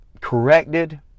corrected